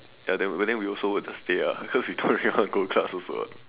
ya then we would just stay because we don't really want to go class also ah